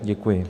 Děkuji.